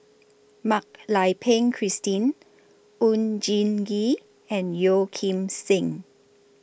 Mak Lai Peng Christine Oon Jin Gee and Yeo Kim Seng